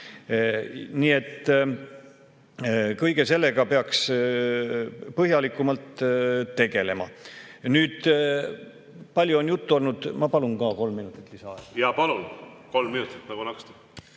Nii et kõige sellega peaks põhjalikumalt tegelema. Palju on juttu olnud … Ma palun ka kolm minutit lisaaega. Jaa, palun, kolm minutit nagu naksti!